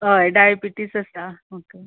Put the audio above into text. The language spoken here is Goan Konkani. हय डायबिटीस आसा ओके